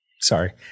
Sorry